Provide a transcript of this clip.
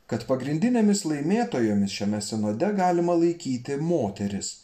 kad pagrindinėmis laimėtojomis šiame sinode galima laikyti moteris